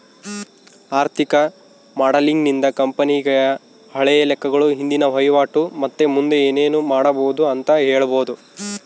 ಆರ್ಥಿಕ ಮಾಡೆಲಿಂಗ್ ನಿಂದ ಕಂಪನಿಯ ಹಳೆ ಲೆಕ್ಕಗಳು, ಇಂದಿನ ವಹಿವಾಟು ಮತ್ತೆ ಮುಂದೆ ಏನೆನು ಮಾಡಬೊದು ಅಂತ ಹೇಳಬೊದು